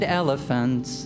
elephants